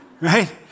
right